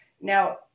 Now